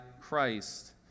Christ